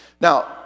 Now